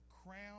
Crown